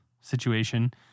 situation